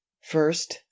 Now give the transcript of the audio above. first